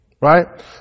Right